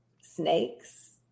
snakes